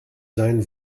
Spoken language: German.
sein